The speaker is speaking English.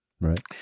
Right